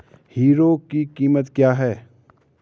Hero की कीमत क्या है?